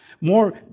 More